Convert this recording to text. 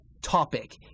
topic